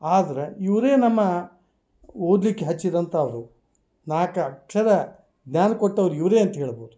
ಆದರೆ ಇವರೇ ನಮ್ಮ ಓದಲಿಕ್ಕೆ ಹಚ್ಚಿದಂಥವರು ನಾಲ್ಕು ಅಕ್ಷರ ಜ್ಞಾನ ಕೊಟ್ಟವ್ರು ಇವರೇ ಅಂತ ಹೇಳ್ಬೋದು